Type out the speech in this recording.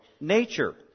nature